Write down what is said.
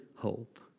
hope